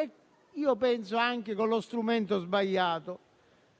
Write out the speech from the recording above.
e io penso anche con lo strumento sbagliato.